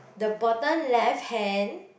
then bottom left hand